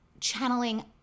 channeling